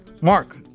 Mark